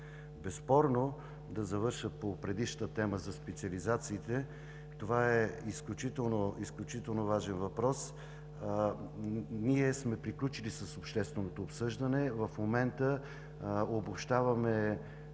Безспорно, да завърша по предишната тема за специализациите, това е изключително важен въпрос. Ние сме приключили с общественото обсъждане и в момента обобщаваме